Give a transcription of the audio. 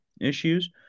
issues